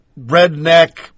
redneck